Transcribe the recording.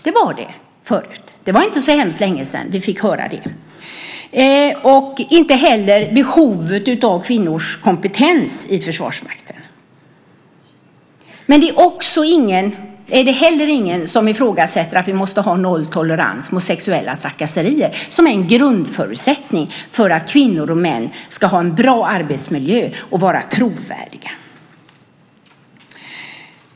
Det var det förut. Det var inte så väldigt länge sedan som vi fick höra det. Det är inte heller någon som ifrågasätter behovet av kvinnors kompetens i Försvarsmakten. Men det är inte heller någon som ifrågasätter att vi måste ha nolltolerans mot sexuella trakasserier, vilket är en grundförutsättning för att kvinnor och män ska ha en bra arbetsmiljö och vara trovärdiga.